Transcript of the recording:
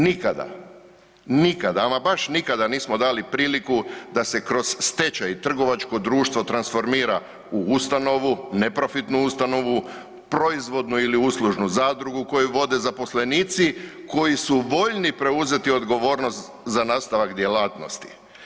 Nikada, nikada, ama baš nikada nismo dali priliku da se kroz stečaj, trgovačko društvo transformira u ustanovu, neprofitnu ustanovu, proizvodnu ili uslužnu zadrugu koju vode zaposlenici koji su volji preuzeti odgovornost za nastavak djelatnosti.